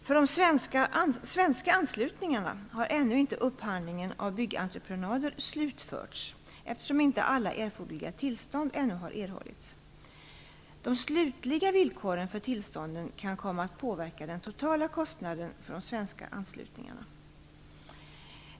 För de svenska anslutningarna har ännu inte upphandlingen av byggentreprenader slutförts, eftersom inte alla erforderliga tillstånd ännu har erhållits. De slutliga villkoren för tillstånden kan komma att påverka den totala kostnaden för de svenska anslutningarna.